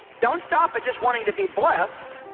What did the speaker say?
don't stop at just wanting to be blessed